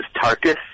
Tarkus